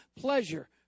pleasure